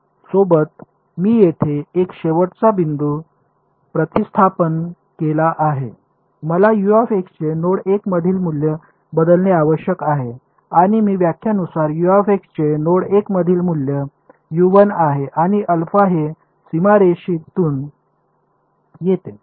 सोबत मी येथे एक शेवटचा बिंदू प्रतिस्थापन केला आहे मला चे नोड 1 मधील मूल्य बदलणे आवश्यक आहे आणि मी व्याख्यानुसार चे नोड 1 मधील मूल्य आहे आणि हे सीमारेषीतून येते